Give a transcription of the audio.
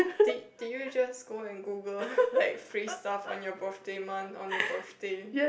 did did you just go and Google like free stuff on your birthday month on your birthday